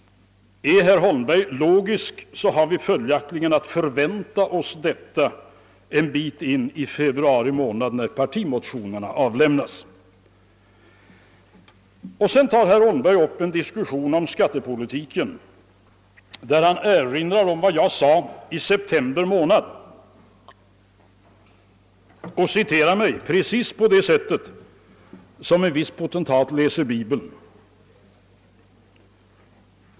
Är herr Holmberg logisk, har vi följaktligen att förvänta oss detta en bit in i februari månad, när partimotionerna avlämnas. Vidare tar herr Holmberg upp till diskussion skattepolitiken, varvid han erinrar om vad jag sade i september månad och citerar mig precis på det sätt som en viss potentat läser Bibeln.